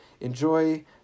Enjoy